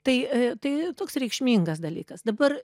tai tai toks reikšmingas dalykas dabar